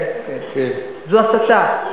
כן, כן, זו הסתה.